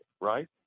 right